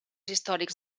històrics